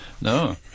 No